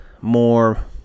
more